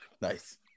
Nice